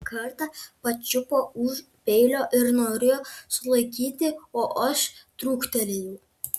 kartą pačiupo už peilio ir norėjo sulaikyti o aš truktelėjau